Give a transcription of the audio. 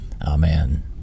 Amen